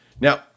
Now